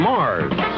Mars